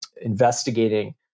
investigating